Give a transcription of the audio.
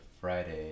Friday